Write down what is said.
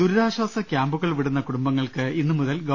ദുരിതാശ്ചാസ കൃാമ്പുകൾ വിടുന്ന കുടുംബങ്ങൾക്ക് ഇന്നു മുതൽ ഗവ